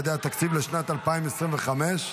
לשנת 2025)